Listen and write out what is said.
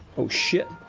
will ship